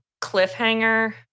cliffhanger